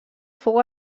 fou